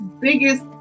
biggest